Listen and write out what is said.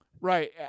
Right